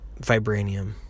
Vibranium